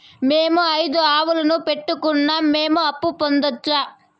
మేము ఐదు ఆవులని పెట్టుకున్నాం, మేము అప్పు పొందొచ్చా